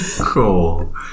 Cool